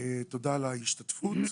תודה על ההשתתפות.